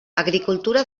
agricultura